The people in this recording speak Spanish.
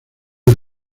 del